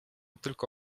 tylko